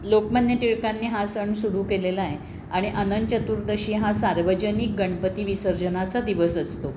लोकमान्य टिळकांनी हा सण सुरू केलेला आहे आणि अनंत चतुर्दशी हा सार्वजनिक गणपती विसर्जनाचा दिवस असतो